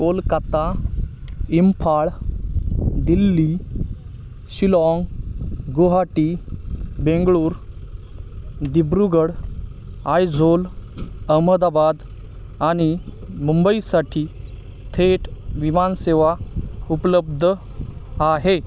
कोलकाता इम्फाळ दिल्ली शिलाँग गुवाहाटी बेंगळूरू दिब्रुगढ आयझोल अहमदाबाद आणि मुंबईसाठी थेट विमानसेवा उपलब्ध आहे